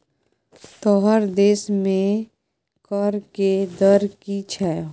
तोहर देशमे कर के दर की छौ?